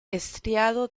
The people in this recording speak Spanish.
estriado